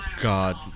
god